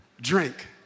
drink